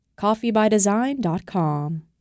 Coffeebydesign.com